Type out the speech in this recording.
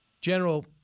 General